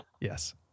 yes